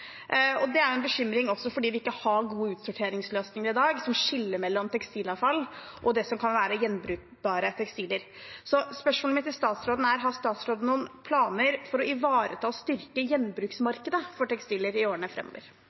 Det er en bekymring også fordi vi i dag ikke har gode utsorteringsløsninger som skiller mellom tekstilavfall og det som kan være gjenbrukbare tekstiler. Spørsmålet mitt til statsråden er: Har statsråden noen planer for å ivareta og styrke gjenbruksmarkedet for tekstiler i årene